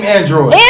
Android